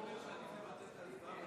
צריך לחזור להצבעה.